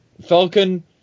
Falcon